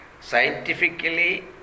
Scientifically